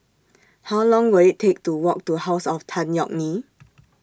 How Long Will IT Take to Walk to House of Tan Yeok Nee